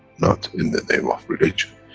not in the name of religion,